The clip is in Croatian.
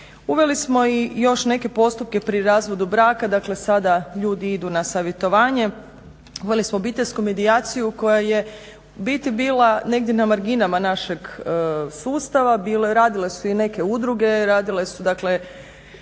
Uveli smo i još neke postupke pri razvodu braka, dakle sada ljudi idu na savjetovanje, imali smo obiteljsku medijaciju koja je u biti bila negdje na marginama našeg sustava, radile su i neke udruge, radile su dakle